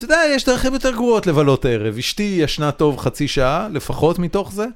אתה יודע, יש דרכים יותר גרועות לבלות ערב. אשתי ישנה טוב חצי שעה, לפחות מתוך זה.